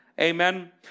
amen